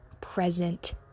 present